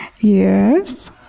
yes